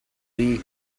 lee